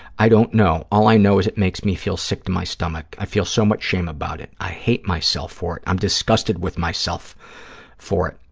i don't know. all i know is it makes me feel sick to my stomach. i feel so much shame about it. i hate myself for it. i'm disgusted with myself for it.